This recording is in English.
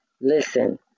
Listen